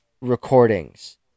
recordings